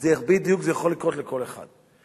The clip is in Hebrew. בדיוק, זה יכול לקרות לכל אחד.